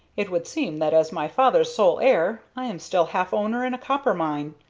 it would seem that as my father's sole heir i am still half-owner in a copper mine.